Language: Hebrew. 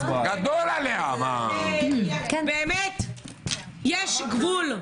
באמת יש גבול.